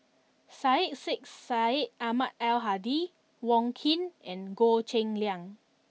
Syed Sheikh Syed Ahmad Al Hadi Wong Keen and Goh Cheng Liang